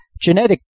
genetic